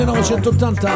1980